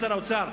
שר האוצר,